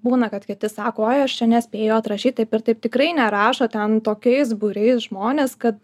būna kad kiti sako oi aš čia nespėju atrašyt taip ir taip tikrai nerašo ten tokiais būriais žmonės kad